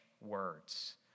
words